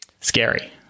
Scary